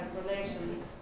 relations